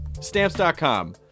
Stamps.com